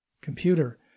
computer